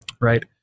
right